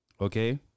okay